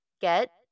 get